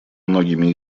многими